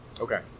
Okay